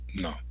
No